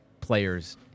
players